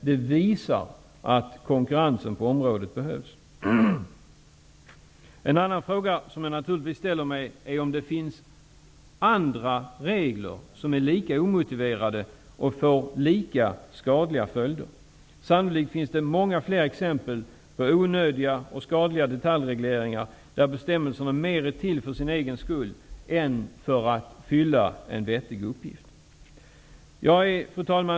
Det visar att konkurrens behövs på området. En annan fråga som jag naturligtvis ställer mig är om det finns andra regler som är lika omotiverade och får lika skadliga följder. Sannolikt finns det många fler exempel på onödiga och skadliga detaljregleringar, där bestämmelserna mer är till för sin egen skull än för att fylla en vettig uppgift. Fru talman!